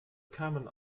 kamen